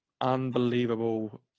Unbelievable